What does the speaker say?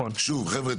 חבר'ה,